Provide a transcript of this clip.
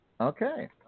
Okay